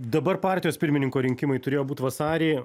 dabar partijos pirmininko rinkimai turėjo būt vasarį